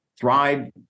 Thrive